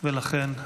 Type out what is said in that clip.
לכן,